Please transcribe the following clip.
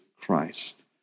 Christ